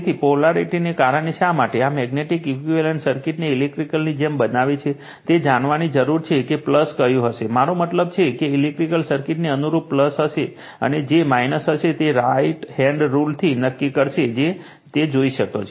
તેથી પોલારિટીને કારણે શા માટે આ મેગ્નેટિક ઇક્વીવેલન્ટ સર્કિટને ઇલેક્ટ્રિકની જેમ બનાવે છે તે જાણવાની જરૂર છે કે કયું હશે મારો મતલબ છે કે ઇલેક્ટ્રિક સર્કિટને અનુરૂપ હશે અને જે હશે તે રાઇટ હેન્ડ રુલથી નક્કી કરશે કે તે જોશે